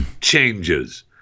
changes